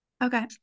okay